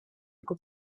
good